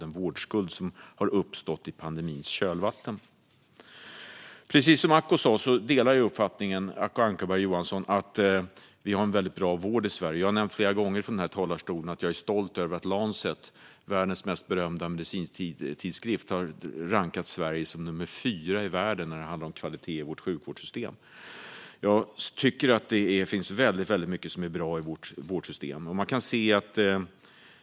Jag delar Acko Ankarberg Johanssons uppfattning att Sverige har en väldigt bra vård. Jag har nämnt flera gånger här i talarstolen att jag är stolt över att Lancet, världens mest berömda medicinska tidskrift, har rankat Sverige som nummer 4 i världen när det gäller kvaliteten i sjukvårdssystemet.